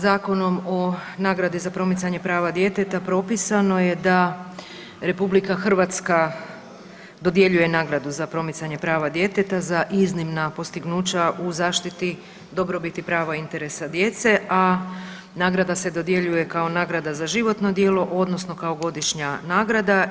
Zakonom o nagradi za promicanje prava djeteta propisano je da RH dodjeljuje nagradu za promicanje prava djeteta za iznimna dostignuća u zaštiti dobrobiti prava i interesa djece, a nagrada se dodjeljuje kao nagrada za životno djelo, odnosno kao godišnja nagrada.